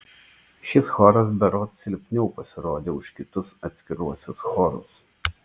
šis choras berods silpniau pasirodė už kitus atskiruosius chorus